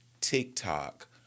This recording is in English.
TikTok